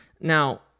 Now